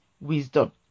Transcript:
wisdom